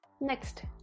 Next